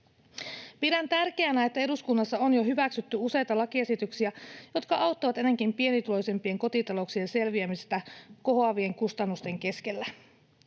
Pidän tärkeänä, että eduskunnassa on jo hyväksytty useita lakiesityksiä, jotka auttavat etenkin pienituloisimpien kotitalouksien selviämistä kohoavien kustannusten keskellä.